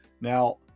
Now